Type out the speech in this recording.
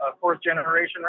fourth-generation